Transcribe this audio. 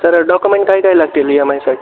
sir document कायकाय लागतील ईएमआयसाठी